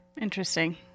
Interesting